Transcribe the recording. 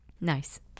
nice